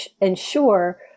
ensure